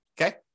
okay